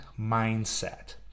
mindset